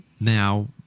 Now